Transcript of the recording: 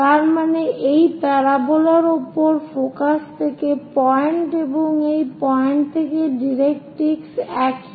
তার মানে এই প্যারাবোলার উপর ফোকাস থেকে পয়েন্ট এবং এই পয়েন্ট থেকে এই ডাইরেক্ট্রিক্স একই